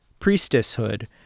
priestesshood